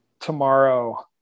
tomorrow